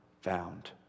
found